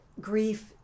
grief